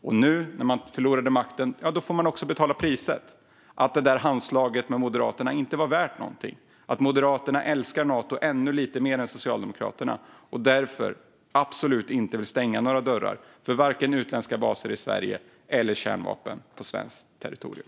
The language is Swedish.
Och nu när de förlorade makten får de också betala priset, alltså att handslaget med Moderaterna inte var värt någonting och att Moderaterna älskar Nato ännu lite mer än Socialdemokraterna och därför absolut inte vill stänga några dörrar vare sig för utländska baser i Sverige eller för kärnvapen på svenskt territorium.